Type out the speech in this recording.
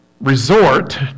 resort